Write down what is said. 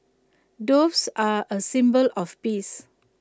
doves are A symbol of peace